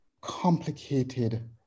complicated